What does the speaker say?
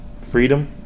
Freedom